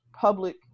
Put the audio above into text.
public –